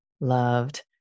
loved